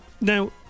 Now